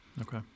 Okay